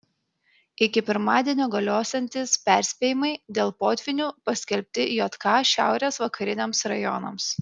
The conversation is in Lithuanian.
iki pirmadienio galiosiantys perspėjimai dėl potvynių paskelbti jk šiaurės vakariniams rajonams